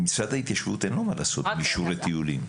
למשרד ההתיישבות אין מה לעשות עם אישור לטיולים.